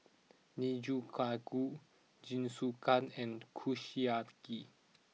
Nikujaga Guh Jingisukan and Kushiyaki